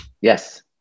Yes